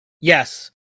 Yes